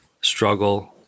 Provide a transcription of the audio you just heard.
struggle